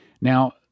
Now